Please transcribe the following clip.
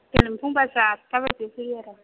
गेलेफु बासा आदथा बायदिआव फैयो आरो